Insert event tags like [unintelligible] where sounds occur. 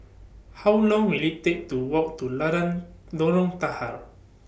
How Long Will IT Take to Walk to [unintelligible] Lorong Tahar